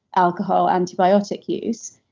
alcohol, antibiotic use,